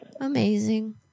Amazing